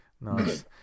nice